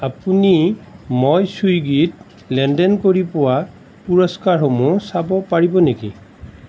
আপুনি মই চুইগীত লেনদেন কৰি পোৱা পুৰস্কাৰসমূহ চাব পাৰিব নেকি